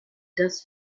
das